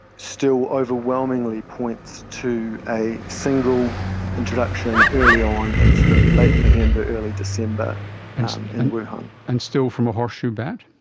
still overwhelmingly points to a single introduction early on in and sort of late november, early december in wuhan. and still from a horseshoe bat?